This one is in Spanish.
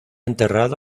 enterrado